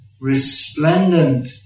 resplendent